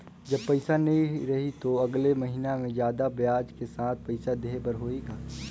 जब पइसा नहीं रही तो अगले महीना मे जादा ब्याज के साथ पइसा देहे बर होहि का?